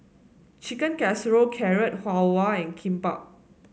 Chicken Casserole Carrot Halwa and Kimbap